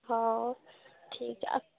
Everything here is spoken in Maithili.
हँ ठीक छै आ